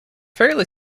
fairly